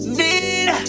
need